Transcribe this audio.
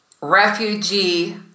refugee